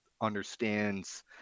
understands